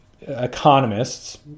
economists